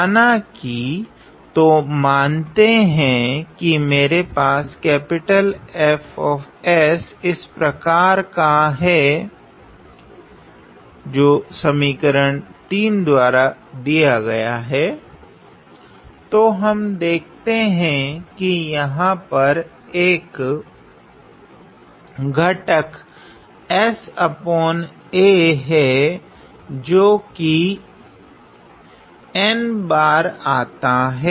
माना कि तो मानते है कि मेरा F इस प्रकार का हैं तो हम देखते है कि यहाँ पर अक घटक s a है जो कि n बार आता हैं